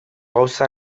gauza